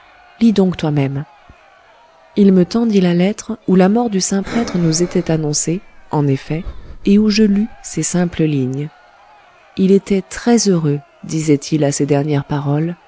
lis donc toi-même il me tendit la lettre où la mort du saint prêtre nous était annoncée en effet et où je lus ces simples lignes il était très heureux disait-il à ses dernières paroles